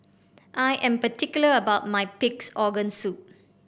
I am particular about my Pig's Organ Soup